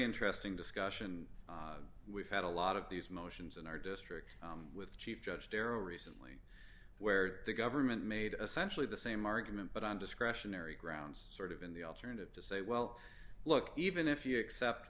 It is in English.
interesting discussion we've had a lot of these motions in our district with chief judge darryl recently where the government made a century the same argument but on discretionary grounds sort of in the alternative to say well look even if you accept